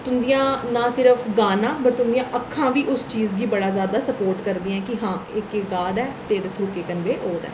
तुं'दियां नां सिर्फ गाना पर तुं'दियां अक्खां बी उस चीज गी बड़ा जैदा सपोर्ट करदियां कि हां एह् केह् गा दा ऐ ते एह्दे थ्रू केह् कनवे होऐ दा ऐ